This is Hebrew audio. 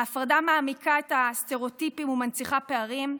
ההפרדה מעמיקה את הסטריאוטיפים ומנציחה פערים,